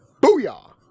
Booyah